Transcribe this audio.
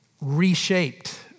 reshaped